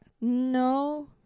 no